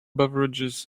beverages